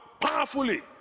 powerfully